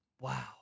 Wow